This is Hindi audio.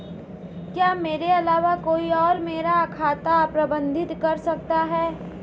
क्या मेरे अलावा कोई और मेरा खाता प्रबंधित कर सकता है?